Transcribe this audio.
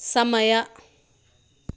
ಸಮಯ